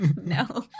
No